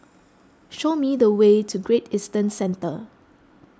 show me the way to Great Eastern Centre